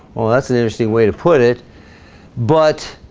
well that's an interesting way to put it but